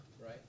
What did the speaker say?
Right